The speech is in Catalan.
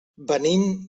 venim